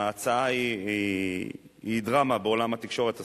ההצעה היא דרמה בעולם התקשורת הסלולרית,